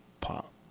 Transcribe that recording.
pop